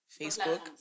Facebook